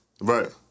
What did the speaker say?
Right